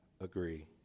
agree